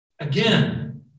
Again